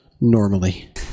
normally